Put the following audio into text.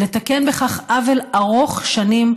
ולתקן בכך עוול ארוך שנים,